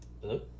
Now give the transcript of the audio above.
Hello